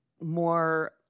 more